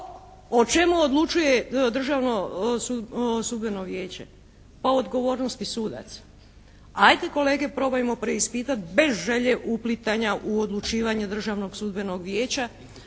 O čemu odlučuje Državno sudbeno vijeće? Pa o odgovornosti sudaca. Ajde kolege probajmo preispitati bez želje uplitanja u odlučivanje Državnog sudbenog vijeća